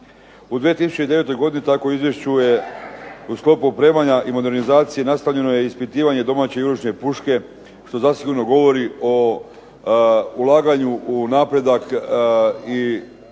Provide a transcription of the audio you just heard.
U 2009. godini tako u Izvješću je opremanja i modernizacije nastavljeno je ispitivanje domaće ... puške što zasigurno govori o ulaganju u napredak i